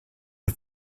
via